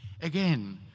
Again